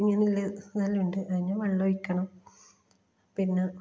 നെല്ല് നെല്ലുണ്ട് അതിന് വെള്ളമൊഴിക്കണം പിന്നെ